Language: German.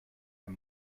ein